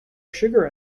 sugar